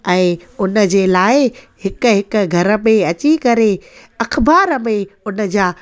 ऐं हुन जे लाइ हिकु हिकु घर में अची करे अख़बार में उन जा